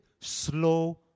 Slow